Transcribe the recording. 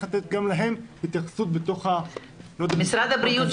לתת גם להם התייחסות בתוך ה- -- משרד הבריאות,